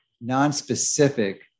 non-specific